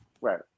Right